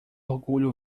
orgulho